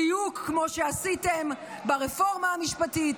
בדיוק כמו שעשיתם ברפורמה המשפטית,